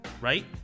right